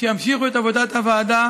שימשיכו את עבודת הועדה,